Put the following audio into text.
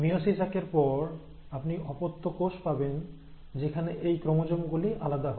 meiosis একের পর আপনি অপত্য কোষ পাবেন যেখানে এই ক্রোমোজোম গুলি আলাদা হয়